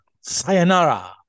sayonara